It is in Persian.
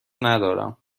ندارم